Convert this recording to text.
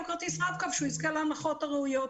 כרטיס רב-קו שהוא יזכה להנחות הראויות.